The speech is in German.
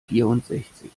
vierundsechzig